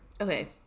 Okay